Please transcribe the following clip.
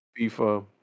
FIFA